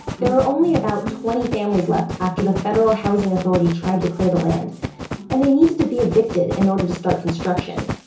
there were only about twenty families left after the federal housing authority tried to clear the land and they needed to be evicted in order to start construction.